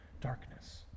darkness